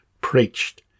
preached